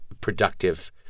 productive